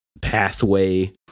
pathway